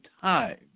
time